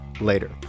later